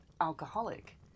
alcoholic